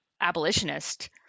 abolitionist